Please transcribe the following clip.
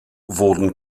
wurden